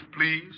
please